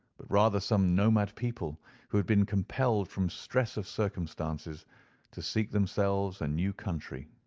but rather some nomad people who had been compelled from stress of circumstances to seek themselves a new country.